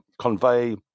convey